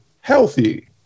healthy